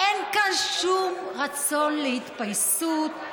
אין כאן שום רצון להתפייסות,